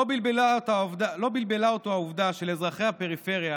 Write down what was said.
לא בלבלה אותו העובדה שלאזרחי הפריפריה